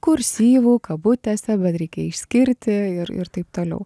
kursyvu kabutėse bet reikia išskirti ir ir taip toliau